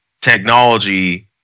technology